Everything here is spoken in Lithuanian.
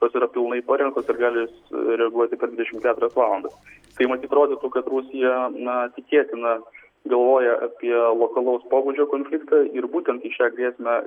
jos yra pilnai parengtos ir galės reaguoti per dvidešimt keturias valandas tai matyt rodytų kad jie na tikėtina galvoja apie lokalaus pobūdžio konfliktą ir būtent į šią grėsmę